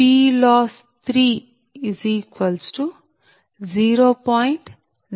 PLoss 0